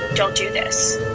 don't do this.